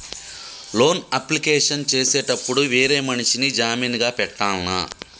Loan application చేసేటప్పుడు వేరే మనిషిని జామీన్ గా పెట్టాల్నా?